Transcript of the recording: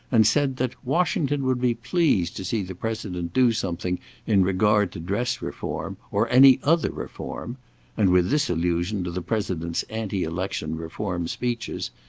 and said that washington would be pleased to see the president do something in regard to dress-reform or any other reform and with this allusion to the president's ante-election reform speeches,